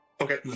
Okay